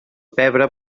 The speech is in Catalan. pebre